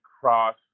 cross